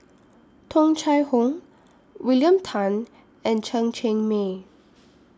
Tung Chye Hong William Tan and Chen Cheng Mei